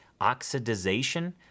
oxidization